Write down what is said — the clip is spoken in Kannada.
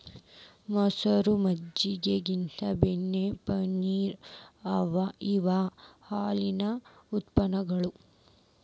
ಮಸರ, ಮಜ್ಜಗಿ, ಗಿನ್ನಾ, ಬೆಣ್ಣಿ, ಪನ್ನೇರ ಇವ ಹಾಲಿನ ಉತ್ಪನ್ನಗಳು